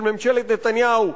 של ממשלת נתניהו,